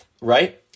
right –